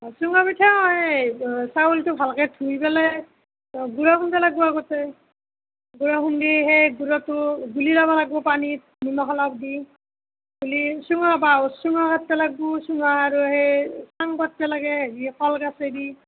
অঁ চুঙা পিঠা অঁ এই চাউলটো ভালকৈ ধুই পেলাই গুড়া কৰিব লাগিব আগতে গুড়া খুন্দি সেই গুড়াটো গুলি ল'ব লাগিব পানীত নিমখ অলপ দি গুলি চোঙা বাও চুঙা কাটিব লাগিব চুঙা আৰু সেই চাঙ কাটিব লাগে সেই কলগছেদি